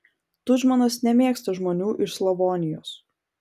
tudžmanas nemėgsta žmonių iš slavonijos